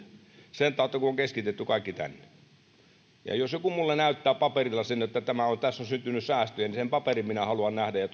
sen tautta kun on keskitetty kaikki tänne jos joku minulle näyttää paperilla sen että tässä on syntynyt säästöjä niin sen paperin minä haluan nähdä ja